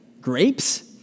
Grapes